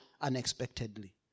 unexpectedly